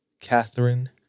Catherine